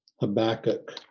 Habakkuk